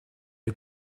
est